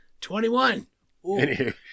Twenty-one